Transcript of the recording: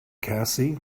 cassie